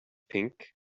pink